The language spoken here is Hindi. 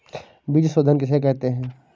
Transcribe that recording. बीज शोधन किसे कहते हैं?